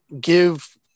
give